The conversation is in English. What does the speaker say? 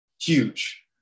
Huge